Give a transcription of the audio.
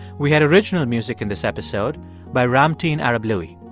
we had original music in this episode by ramtin arablouei